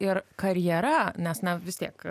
ir karjera nes na vis tiek